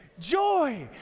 Joy